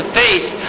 face